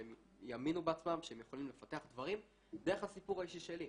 שהם יאמינו בעצמם שהם יכולים לפתח דברים דרך הסיפור האישי שלי.